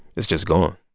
is just gone